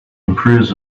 improves